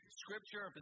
scripture